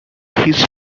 his